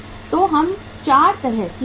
तो हम 4 तरह की लागत है